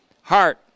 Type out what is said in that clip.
Heart